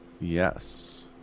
Yes